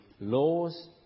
laws